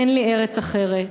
אין לי ארץ אחרת,